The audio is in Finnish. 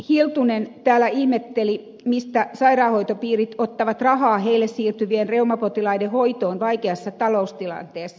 hiltunen täällä ihmetteli mistä sairaanhoitopiirit ottavat rahaa heille siirtyvien reumapotilaiden hoitoon vaikeassa taloustilanteessa